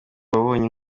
wabonye